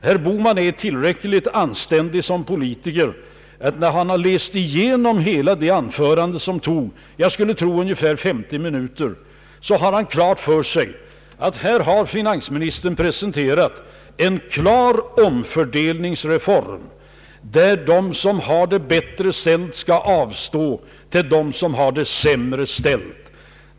Herr Bohman är tillräckligt anständig såsom politiker för att, när han har läst igenom hela det anförandet som tog, jag skulle tro, ungefär 50 minuter, ha klart för sig att finansministern här presenterat en klar omfördelningsreform, där de som har det bättre ställt skall avstå till dem som har det sämre ställt.